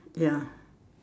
ya